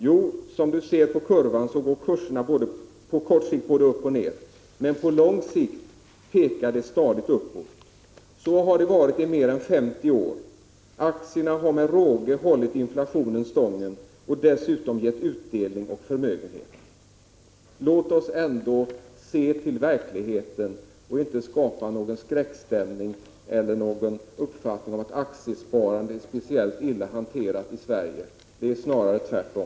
Ja, som du ser på kurvan, så går kurserna på kort sikt både upp och ner. Men på lång sikt pekar det stadigt uppåt. Så har det varit i mer än femtio år. Aktierna har med råge hållit inflationen stången och dessutom gett både utdelning och förmögenhet.” Låt oss se till verkligheten och inte skapa någon skräckstämning eller någon uppfattning om att aktiesparandet är speciellt illa hanterat i Sverige! Det är snarare tvärtom.